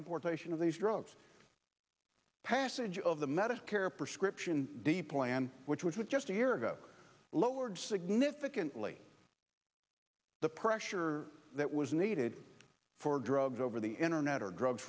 importation of these drugs passage of the medicare prescription deep plan which which was just a year ago lowered significantly the pressure that was needed for drugs over the internet or drug